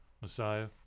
Messiah